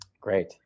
Great